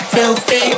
Filthy